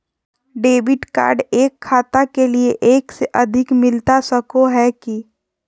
Debit card एक खाता के लिए एक से अधिक मिलता सको है की?